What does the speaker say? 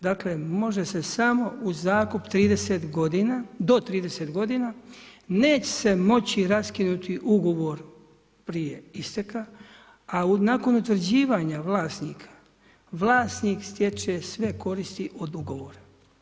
Dakle, može se samo u zakup do 30 godina, neće se moći raskinuti ugovor prije isteka a nakon utvrđivanja vlasnika, vlasnik stječe sve koristi od ugovora.